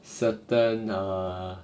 certain err